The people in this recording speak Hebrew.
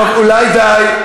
אין בעיה.